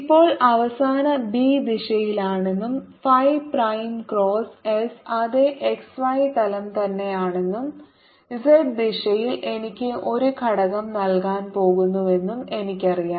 ഇപ്പോൾ അവസാന B z ദിശയിലാണെന്നും ഫൈ പ്രൈം ക്രോസ് എസ് അതേ x y തലം തന്നെയാണെന്നും z ദിശയിൽ എനിക്ക് ഒരു ഘടകം നൽകാൻ പോകുന്നുവെന്നും എനിക്കറിയാം